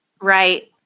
right